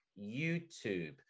YouTube